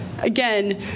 Again